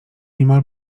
niemal